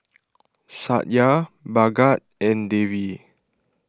Satya Bhagat and Devi